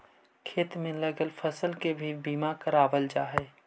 खेत में लगल फसल के भी बीमा करावाल जा हई